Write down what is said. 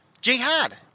Jihad